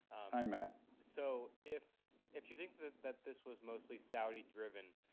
hi, matt. so, if if you think that that this was mostly saudi driven,